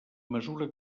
mesura